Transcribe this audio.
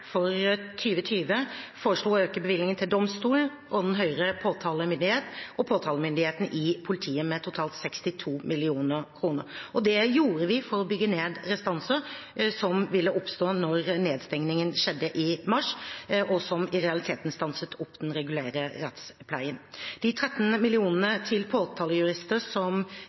politiet med totalt 62 mill. kr. Det gjorde vi for å bygge ned restanser som ville oppstå da nedstengningene skjedde i mars, og som i realiteten stanset opp den regulære rettspleien. De 13 mill. kr til påtalejurister i politiet som